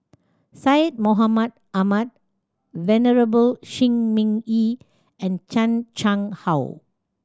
Syed Mohamed Ahmed Venerable Shi Ming Yi and Chan Chang How